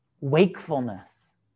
wakefulness